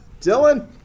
Dylan